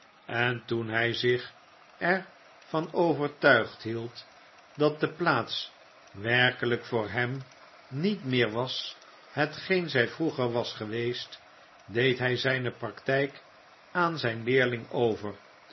en toen hij zich er van overtuigd hield dat de plaats werkelijk voor hem niet meer was hetgeen zi vroeger was geweest deed hij zijne praktijk aan zijn leerling over